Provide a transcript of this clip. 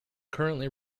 currently